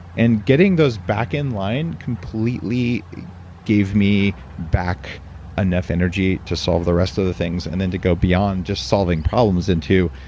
and getting those back in line completely gave me back enough energy to solve the rest of the things and then to go beyond just solving problems into,